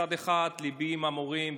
מצד אחד ליבי עם המורים,